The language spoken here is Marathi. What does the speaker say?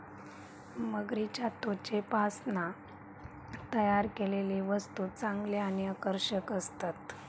मगरीच्या त्वचेपासना तयार केलेले वस्तु चांगले आणि आकर्षक असतत